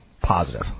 positive